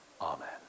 Amen